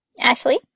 ashley